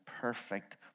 perfect